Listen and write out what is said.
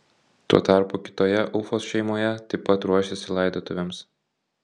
tuo tarpu kitoje ufos šeimoje taip pat ruošėsi laidotuvėms